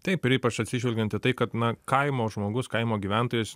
taip ir ypač atsižvelgiant į tai kad na kaimo žmogus kaimo gyventojas